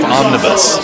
omnibus